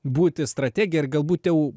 būti strategija ar galbūt jau